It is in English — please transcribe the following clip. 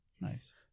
Nice